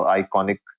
iconic